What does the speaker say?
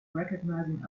recognizing